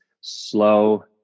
slow